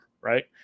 right